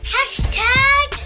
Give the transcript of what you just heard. Hashtag